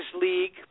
League